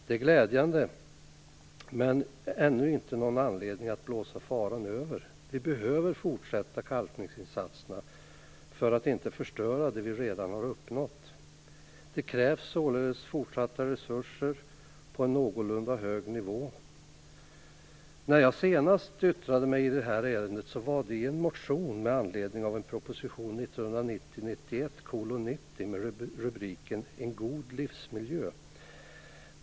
Det är glädjande men ger ännu inte någon anledning att blåsa faran över. Vi behöver fortsätta kalkningsinsatserna för att inte förstöra det vi redan har uppnått. Det krävs således fortsatta resurser på en någorlunda hög nivå. När jag senast yttrade mig i detta ärende var det i en motion med anledning av proposition 1990/91:90 med rubriken En god livsmiljö.